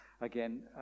again